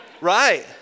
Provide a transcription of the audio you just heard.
right